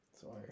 Sorry